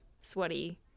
sweaty